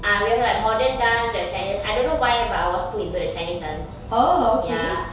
ah we have like modern dance we have chinese I don't know why but I was put into the chinese dance ya